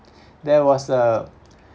there was uh